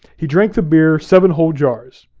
he drank the beer, seven whole jars.